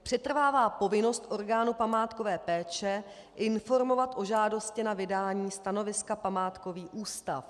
Přetrvává povinnost orgánu památkové péče informovat o žádosti na vydání stanoviska památkový ústav.